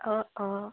অঁ অঁ